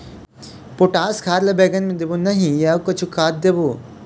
Potash खाद ला बैंगन मे देबो नई या अऊ कुछू खाद देबो?